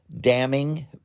damning